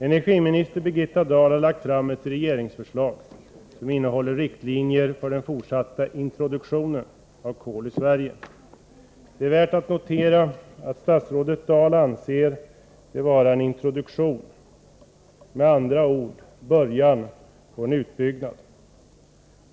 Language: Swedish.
Energiminister Birgitta Dahl har lagt fram ett regeringsförslag som innehåller riktlinjer för den fortsatta introduktionen av kol i Sverige. Det är värt att notera att hon anser det vara en introduktion — med andra ord: början på en utbyggnad.